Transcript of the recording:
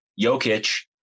Jokic